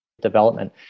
development